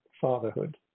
fatherhood